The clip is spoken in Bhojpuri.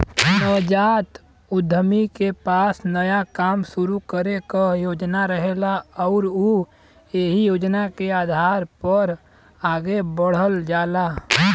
नवजात उद्यमी के पास नया काम शुरू करे क योजना रहेला आउर उ एहि योजना के आधार पर आगे बढ़ल जाला